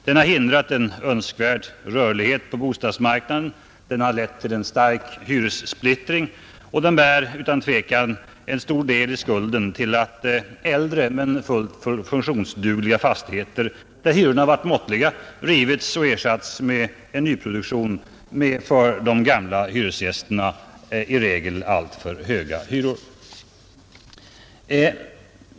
Den har hindrat en önskvärd rörlighet på bostadsmarknaden, den har lett till en stark hyressplittring och den bär utan tvivel en stor del av skulden för att äldre men fullt funktionsdugliga fastigheter där hyrorna varit måttliga har rivits och ersatts med en nyproduktion med för de gamla hyresgästerna i regel alltför höga hyror.